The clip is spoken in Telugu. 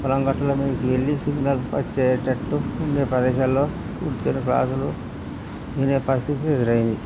పొలంగట్టుల మీదకి వెళ్ళి సిగ్నల్ వచ్చేటట్లు ఉండే ప్రదేశాల్లో కూర్చిన క్లాసులు వినే పరిస్థితి ఎదురైంది